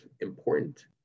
important